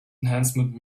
enhancement